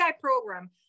program